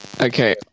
Okay